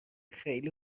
خیلی